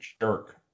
jerk